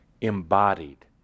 embodied